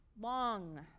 long